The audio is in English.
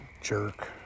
jerk